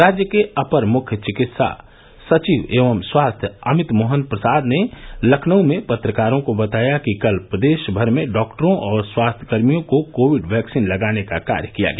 राज्य के अपर मुख्य सचिव चिकित्सा एवं स्वास्थ्य अमित मोहन प्रसाद ने लखनऊ में पत्रकारों को बताया कि कल प्रदेश भर में डॉक्टरों और स्वास्थ्य कर्मियों को कोविड वैक्सीन लगाने का कार्य किया गया